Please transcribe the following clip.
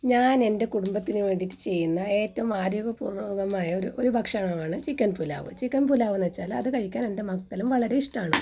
ഞാൻ എൻ്റെ കുടുംബത്തിന് വേണ്ടിയിട്ട് ചെയ്യുന്ന ഏറ്റവും ആരോഗ്യപൂർണ്ണമായ ഒരു ഒരു ഭക്ഷണമാണ് ചിക്കൻ പുലാവ് ചിക്കൻ പുലാവ് എന്നു വെച്ചാൽ അത് കഴിക്കാൻ എൻ്റെ മക്കൾക്കും വളരെ ഇഷ്ടമാണ്